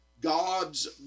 God's